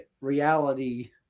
reality